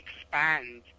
expand